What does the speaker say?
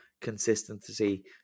consistency